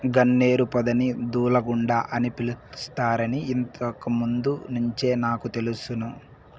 గన్నేరు పొదని దూలగుండ అని పిలుస్తారని ఇంతకు ముందు నుంచే నాకు తెలుసును